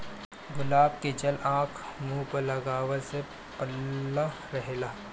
गुलाब के जल आँख, मुंह पे लगवला से पल्ला रहेला